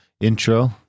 Intro